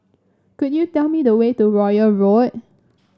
could you tell me the way to Royal Road